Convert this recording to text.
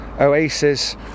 oasis